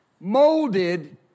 molded